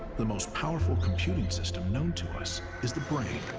the most powerful computing system known to us is the brain.